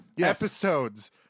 episodes